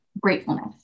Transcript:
gratefulness